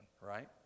Right